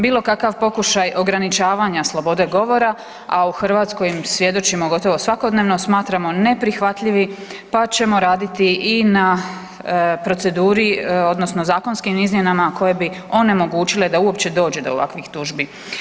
Bilo kakav pokušaj ograničavanja slobode govora, a u Hrvatskoj im svjedočimo gotovo svakodnevno, smatramo neprihvatljivim, pa ćemo raditi i na proceduri odnosno zakonskim izmjenama koje bi onemogućile da uopće dođe do ovakvih tužbi.